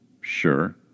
Sure